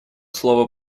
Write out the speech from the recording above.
слова